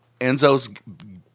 Enzo's